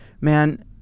man